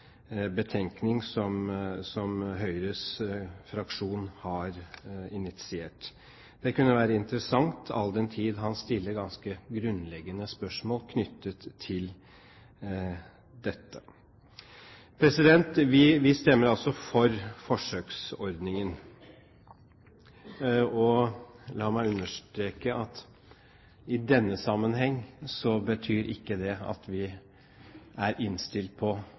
betenkning, som Høyres fraksjon har initiert? Det kunne være interessant, all den tid han stiller ganske grunnleggende spørsmål knyttet til dette. Vi stemmer altså for forsøksordningen. La meg understreke at i denne sammenheng betyr ikke det at vi nå er innstilt på